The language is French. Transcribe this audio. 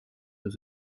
aux